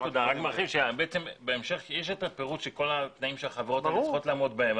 יש הפירוט של כל התנאים שהחברות האלה צריכות לעמוד בהם.